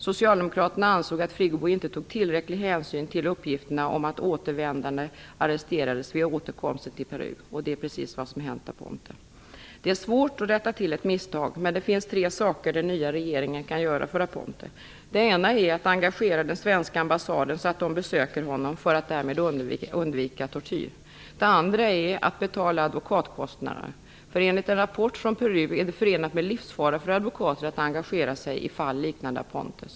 Socialdemokraterna ansåg att Friggebo inte tog tillräcklig hänsyn till uppgifterna om att återvändande arresterades vid återkomsten till Peru, och det är precis vad som hänt Aponte. Det är svårt att rätta till ett misstag, men det finns tre saker den nya regeringen kan göra för Aponte. För det första kan man engagera den svenska ambassaden, så att man därifrån besöker honom för att därmed undvika tortyr. För det andra kan man betala advokatkostnaderna. Enligt en rapport från Peru är det nämligen förenat med livsfara för advokater att engagera sig i fall liknande Apontes.